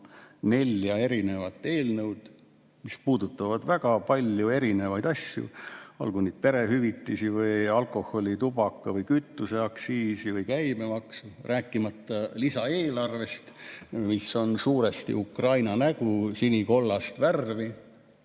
nelja erinevat eelnõu, mis puudutavad väga erinevaid asju, olgu perehüvitisi või alkoholi‑, tubaka‑ või kütuseaktsiisi või käibemaksu, rääkimata lisaeelarvest, mis on suuresti Ukraina nägu, sinikollast värvi